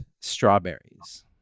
strawberries